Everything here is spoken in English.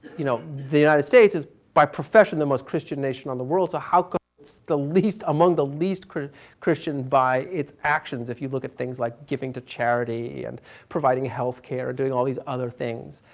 you know the united states is by profession the most christian nation in um the world, so how come it's the least among the least christian christian by its actions, if you look at things like giving to charity, and providing healthcare, and doing all these other things.